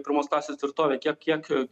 pirmos klasės tvirtove kiek kiek